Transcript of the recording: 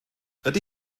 ydy